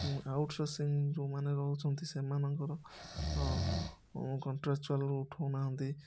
out ଯେଉଁମାନେ ରହୁଛନ୍ତି ସେମାନଙ୍କର କଣ୍ଟ୍ରାଚୁଆଲ୍ ଉଠାଉ ନାହାନ୍ତି